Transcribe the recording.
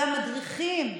והמדריכים,